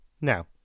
Now